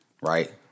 right